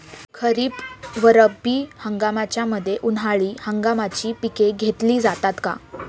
खरीप व रब्बी हंगामाच्या मध्ये उन्हाळी हंगामाची पिके घेतली जातात का?